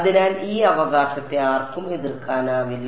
അതിനാൽ ഈ അവകാശത്തെ ആർക്കും എതിർക്കാനാവില്ല